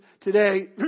today